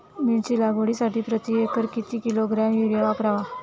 मिरची लागवडीसाठी प्रति एकर किती किलोग्रॅम युरिया वापरावा?